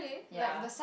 ya